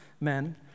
men